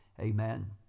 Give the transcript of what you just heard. amen